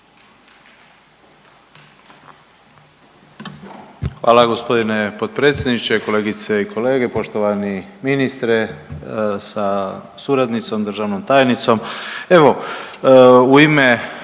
Hvala g. potpredsjedniče. Kolegice i kolege, poštovani ministre sa suradnicom, državnom tajnicom. Evo u ime